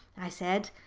i said.